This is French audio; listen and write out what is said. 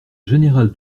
général